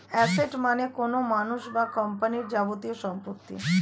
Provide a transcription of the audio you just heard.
asset মানে কোনো মানুষ বা কোম্পানির যাবতীয় সম্পত্তি